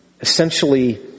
essentially